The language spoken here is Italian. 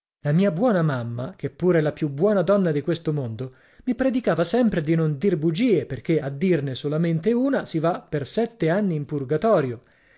la mia buona mamma che pure è la più buona donna di questo mondo mi predicava sempre di non dir bugie perché a dirne solamente una si va per sette anni in purgatorio